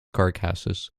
carcasses